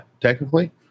Technically